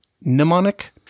mnemonic